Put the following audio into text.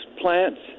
plants